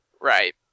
right